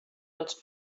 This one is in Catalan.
els